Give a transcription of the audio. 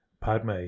Padme